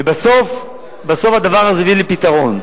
ובסוף הדבר הזה הביא לפתרון.